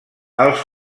els